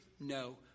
No